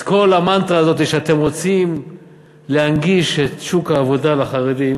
אז כל המנטרה הזאת שאתם רוצים להנגיש את שוק העבודה לחרדים,